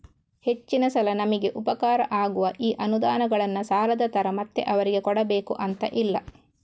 ಹೆಚ್ಚಿನ ಸಲ ನಮಿಗೆ ಉಪಕಾರ ಆಗುವ ಈ ಅನುದಾನಗಳನ್ನ ಸಾಲದ ತರ ಮತ್ತೆ ಅವರಿಗೆ ಕೊಡಬೇಕು ಅಂತ ಇಲ್ಲ